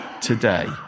today